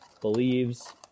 believes